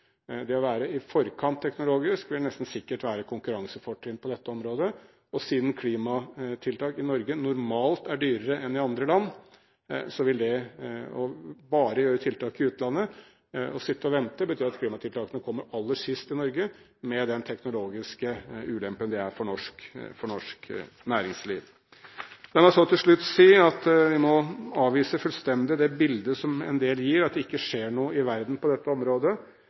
Det å være i forkant teknologisk vil nesten sikkert være et konkurransefortrinn på dette området. Siden klimatiltak i Norge normalt er dyrere enn i andre land, vil det å gjøre tiltak bare i utlandet og sitte og vente bety at klimatiltakene vil komme aller sist i Norge med den teknologiske ulempen det er for norsk næringsliv. La meg si til slutt at jeg nå avviser fullstendig det bildet som en del gir, av at det ikke skjer noe i verden på dette området.